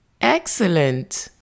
Excellent